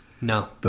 No